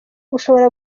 ushobora